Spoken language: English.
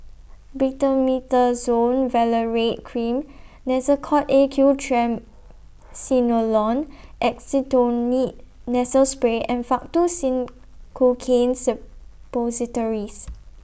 Betamethasone Valerate Cream Nasacort A Q Triamcinolone Acetonide Nasal Spray and Faktu Cinchocaine Suppositories